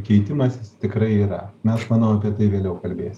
keitimasis tikrai yra na aš manau apie tai vėliau kalbės